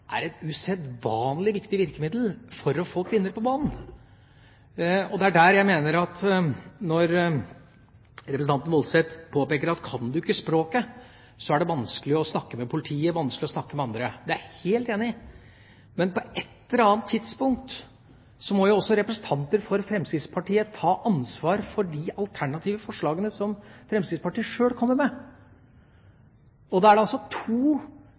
er et usedvanlig viktig virkemiddel for å få kvinner på banen. Når representanten Woldseth påpeker at kan du ikke språket, er det vanskelig å snakke med politiet, vanskelig å snakke med andre, er jeg helt enig. Men på et eller annet tidspunkt må jo også representanter for Fremskrittspartiet ta ansvar for de alternative forslagene som Fremskrittspartiet sjøl kommer med. Det er to problemstillinger som er særlig sentrale opp mot disse kvinnene. Det